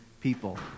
people